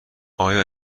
آیا